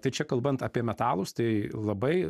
tai čia kalbant apie metalus tai labai